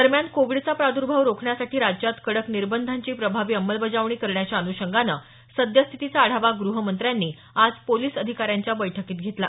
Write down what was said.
दरम्यान कोविडचा प्रादुर्भाव रोखण्यासाठी राज्यात कडक निर्बंधांची प्रभावी अंमलबजावणी करण्याच्या अनुषंगानं सद्यस्थितीचा आढावा ग्रहमंत्र्यांनी आज पोलिस अधिकाऱ्यांच्या बैठकीत घेतला